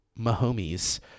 Mahomes